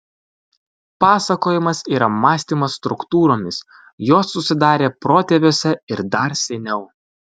pasakojimas yra mąstymas struktūromis jos susidarė protėviuose ir dar seniau